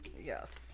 yes